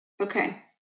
Okay